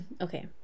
Okay